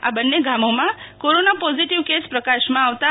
આ બંન્ને ગામોમાં કોરોના પોઝીટીવ કેસ પ્રકાશમાં આવતાં